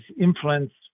influenced